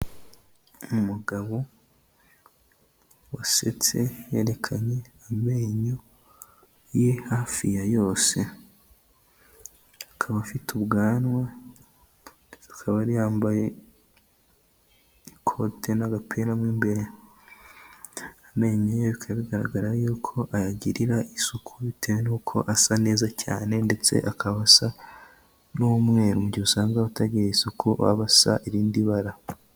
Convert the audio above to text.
Umugabo wasetse yerekanye amenyo ye hafi ya yose, akaba afite ubwanwa akaba yari yambaye ikote n'agapira mu imbere. Amenyo ye bikaba bigaragara yuko ayagirira isuku bitewe nuko asa neza cyane ndetse akaba asa n'umweru, mu gihe usanga abatagira isuku baba basa irindi bara.